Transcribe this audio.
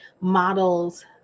models